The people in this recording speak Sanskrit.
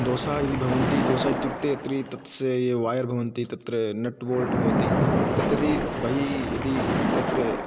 दोषाः यदि भवन्ति दोषाः इत्युक्ते त्रि तत्सेय् वायर् भवन्ति तत्र नट् बोल्ट् भवति तत् यदी बहिः यदी तत्र